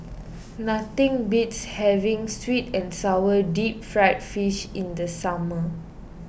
nothing beats having Sweet and Sour Deep Fried Fish in the summer